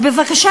אז בבקשה,